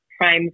prime